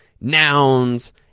nouns